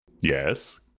Yes